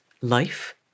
life